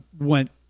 went